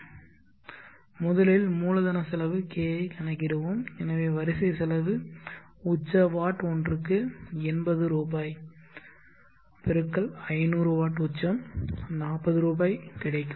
எனவே முதலில் மூலதன செலவு K ஐ கணக்கிடுவோம் எனவே வரிசை செலவு உச்ச வாட் ஒன்றுக்கு எண்பது ரூபாய் × 500 வாட் உச்சம் 40000 ரூபாய் கிடைக்கும்